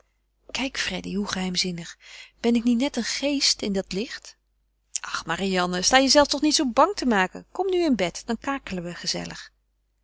kijk freddy hoe geheimzinnig ben ik niet net een geest in dat licht ach marianne sta jezelve toch niet zoo bang te maken kom nu in bed dan kakelen we gezellig